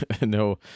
no